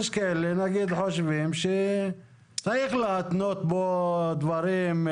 יש כאלה שחושבים שצריך להתנות פה דברים,